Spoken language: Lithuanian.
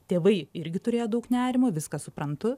tėvai irgi turėjo daug nerimo viską suprantu